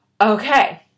okay